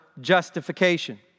justification